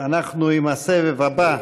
אנחנו עם הסבב הבא.